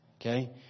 Okay